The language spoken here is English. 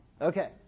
Okay